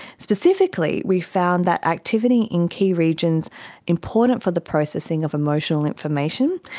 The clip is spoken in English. specifically we found that activity in key regions important for the processing of emotional information,